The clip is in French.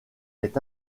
est